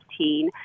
2015